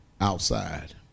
outside